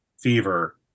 fever